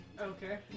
Okay